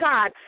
God